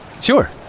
Sure